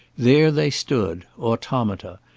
there they stood, automata,